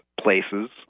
places